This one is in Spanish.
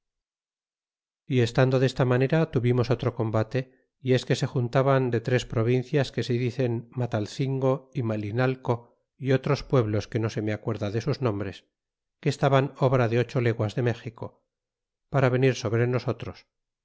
ciudad por la dia combate y es que se juntaban de tres provindas que se dicen matalzingo y malinaleo y otros pueblos que no se me acuerda de sus nombres que estaban obra de ocho leguas de méxico para venir sobre nosotros